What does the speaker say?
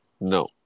No